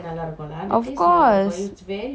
I don't like the ready made one also lah